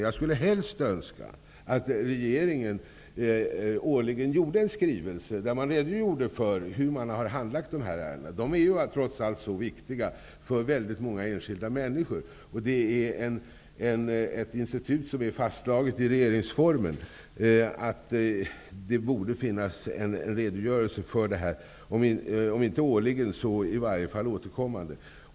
Jag skulle helst önska att regeringen årligen gjorde en skrivelse där man redogjorde för hur man har handlagt de här ärendena. De är trots allt så viktiga för väldigt många enskilda människor. Detta är ett institut som är fastslaget i regeringsformen, därför borde det finnas en redogörelse för handläggningen; om inte årligen så i varje fall återkommande.